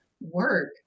work